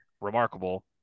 remarkable